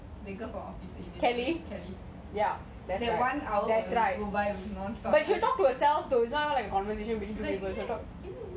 this one is like an audition kelly ya there's like